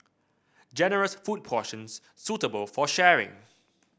generous food portions suitable for sharing